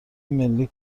ملی